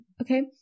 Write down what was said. okay